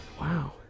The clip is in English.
Wow